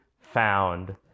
found